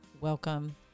Welcome